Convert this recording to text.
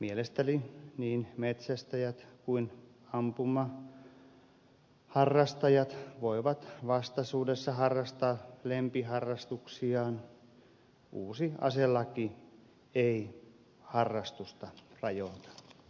mielestäni niin metsästäjät kuin ampumaharrastajat voivat vastaisuudessa harrastaa lempiharrastuksiaan uusi aselaki ei harrastusta rajaa